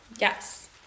Yes